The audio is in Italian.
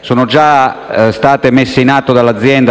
Sono già state messe in atto dall'azienda procedure di cassa integrazione